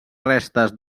restes